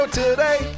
today